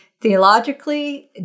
theologically